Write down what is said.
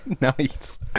Nice